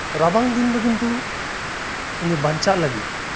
ᱨᱟᱵᱟᱝ ᱫᱤᱱᱫᱚ ᱠᱤᱱᱛᱩ ᱩᱱᱤ ᱵᱟᱧᱪᱟᱜ ᱞᱟᱹᱜᱤᱫ